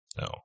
No